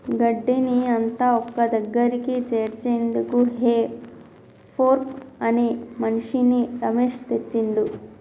గడ్డిని అంత ఒక్కదగ్గరికి చేర్చేందుకు హే ఫోర్క్ అనే మిషిన్ని రమేష్ తెచ్చిండు